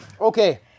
Okay